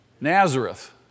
Nazareth